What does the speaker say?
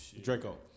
Draco